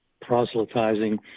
proselytizing